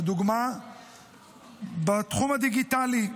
לדוגמה בתחום הדיגיטלי,